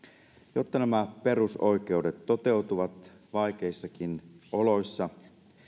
jotta nämä perusoikeudet toteutuvat vaikeissakin oloissa